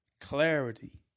clarity